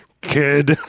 kid